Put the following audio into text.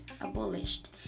abolished